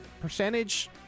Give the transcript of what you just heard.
percentage